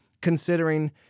considering